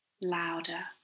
louder